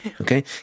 Okay